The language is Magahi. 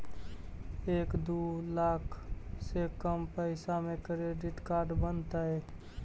एक दू लाख से कम पैसा में क्रेडिट कार्ड बनतैय?